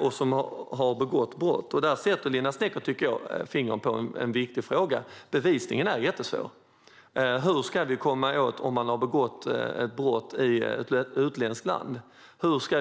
och som har begått brott. Jag tycker att Linda Snecker sätter fingret på en viktig fråga. Bevisningen är jättesvår. Hur ska man kunna bevisa att någon har begått ett brott i ett annat land?